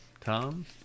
Tom